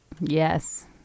yes